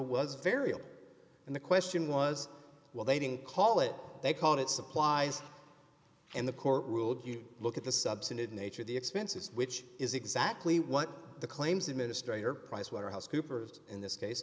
was variable and the question was well they didn't call it they call it supplies and the court ruled you look at the substantive nature of the expenses which is exactly what the claims administrator pricewaterhouse coopers in this case